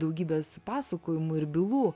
daugybės pasakojimų ir bylų